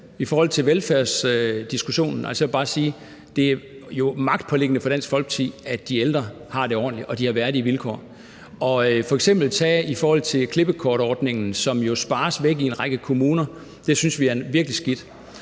I forhold til velfærdsdiskussionen vil jeg bare sige, at det er Dansk Folkeparti magtpåliggende, at de ældre har det ordentligt og de har værdige vilkår. F.eks. i forhold til klippekortordningen, som jo spares væk i en række kommuner, synes vi, at det er virkelig skidt.